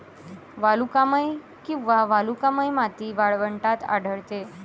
वालुकामय किंवा वालुकामय माती वाळवंटात आढळते